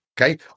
okay